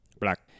Black